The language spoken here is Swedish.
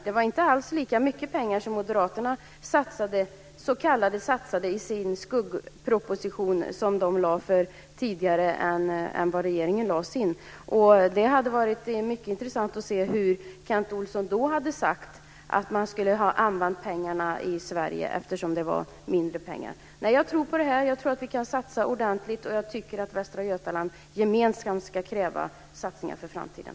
Det var inte lika mycket pengar som Moderaterna s.k. satsade i den skuggproposition som man lade fram tidigare än regeringen. Det hade varit mycket intressant att se hur Kent Olsson då hade sagt hur pengarna ska användas i Sverige. Jag tror på detta. Jag tror att vi kan satsa ordentligt. Jag tycker att vi i Västra Götaland gemensamt ska kräva satsningar för framtiden.